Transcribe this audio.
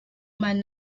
man